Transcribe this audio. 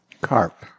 Carp